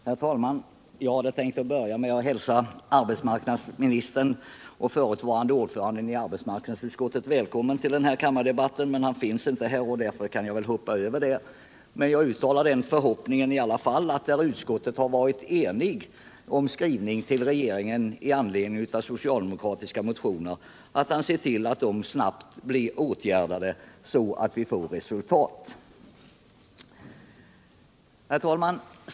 Herr talman! Jag hade tänkt att börja med att hälsa arbetsmarknadsministern och förutvarande ordföranden i arbetsmarknadsutskottet välkommen till denna kammardebatt, men han finns inte här och därför kan jag hoppa över den saken. Jag vill i alla fall uttala den förhoppningen att han, eftersom utskottet har varit enigt om skrivning till regeringen med anledning av socialdemokratiska motioner, ser till att åtgärder snart vidtas, så att vi får resultat. Herr talman!